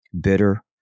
bitter